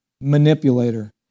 manipulator